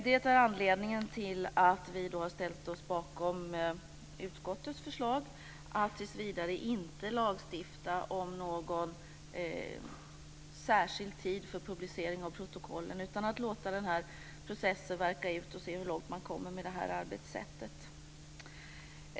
Det är anledningen till att vi har ställt oss bakom utskottets förslag om att tills vidare inte lagstifta om någon särskild tid för publiceringen av protokoll. I stället ska vi låta processen verka ut för att se hur långt man kommer med det här arbetssättet.